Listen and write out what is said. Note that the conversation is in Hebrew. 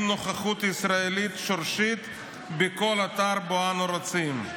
נוכחות ישראלית שורשית בכל אתר שבו אנו רוצים".